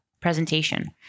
Presentation